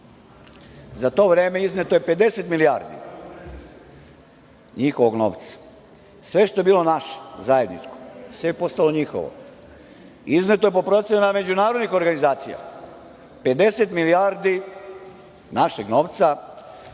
to vreme izneto je 50 milijardi njihovog novca. Sve što je bilo naše, zajedničko, sve je postalo njihovo. Izneto je po procenama međunarodnih organizacija 50 milijardi našeg novca